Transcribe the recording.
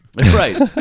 Right